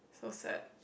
so sad